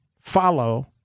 follow